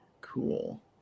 cool